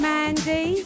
Mandy